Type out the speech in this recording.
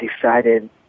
decided